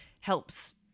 helps